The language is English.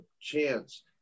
chance